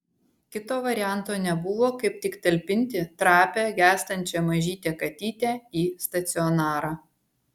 kito varianto nebuvo kaip tik talpinti trapią gęstančią mažytę katytę į stacionarą